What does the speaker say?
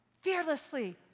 fearlessly